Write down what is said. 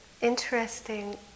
interesting